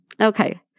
Okay